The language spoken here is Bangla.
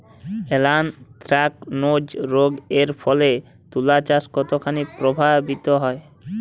এ্যানথ্রাকনোজ রোগ এর ফলে তুলাচাষ কতখানি প্রভাবিত হয়?